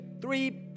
three